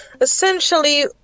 Essentially